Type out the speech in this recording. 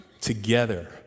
together